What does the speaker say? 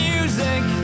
Music